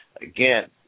again